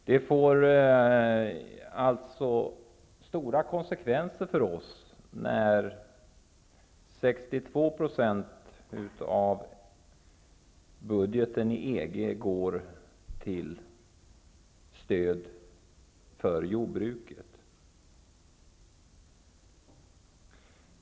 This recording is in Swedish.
Det får alltså omfattande konsekvenser för oss att 62 % av EG:s budget går till jordbruksstöd.